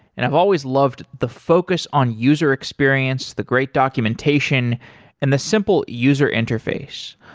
and i've always loved the focus on user experience, the great documentation and the simple user interface.